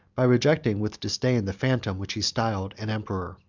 by rejecting, with disdain, the phantom which he styled an emperor.